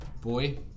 Boy